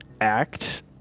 act